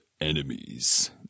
enemies